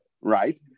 Right